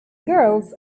girls